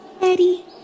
Ready